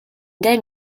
then